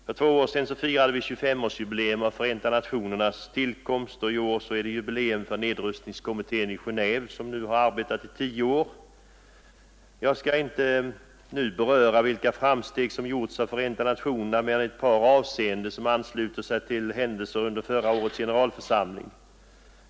För två år sedan firade vi 2S5-årsjubileum av Förenta nationernas tillkomst, och i år är det jubileum för nedrustningskonferensen i Genéve, som nu har arbetat i tio år. Jag skall inte nu beröra vilka framsteg som gjorts av Förenta nationerna mera än i ett par avseenden som ansluter sig till händelser under förra årets generalförsamling.